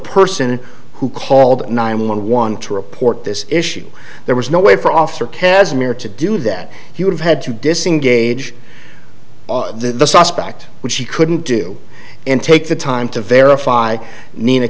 person who called nine one one to report this issue there was no way for officer cashmere to do that he would have had to disengage the suspect which she couldn't do and take the time to verify nina